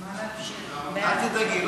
אל תדאגי,